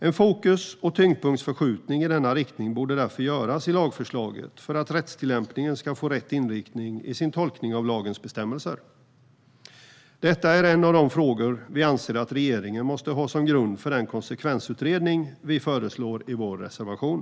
En fokus och tyngdpunktsförskjutning i denna riktning borde därför göras i lagförslaget för att rättstillämpningen ska få rätt inriktning i sin tolkning av lagens bestämmelser. Detta är en av de frågor som vi anser att regeringen måste ha som grund i den konsekvensutredning vi föreslår i vår reservation.